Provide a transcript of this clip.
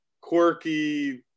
quirky